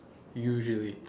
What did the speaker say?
usually